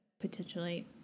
potentially